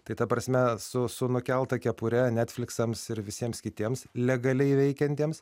tai ta prasme su su nukelta kepure netfliksams ir visiems kitiems legaliai veikiantiems